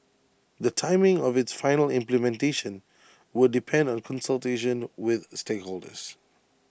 the timing of its final implementation would depend on consultation with stakeholders